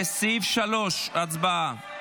לסעיף 3. הצבעה.